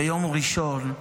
ביום ראשון,